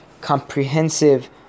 comprehensive